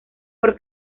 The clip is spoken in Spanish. por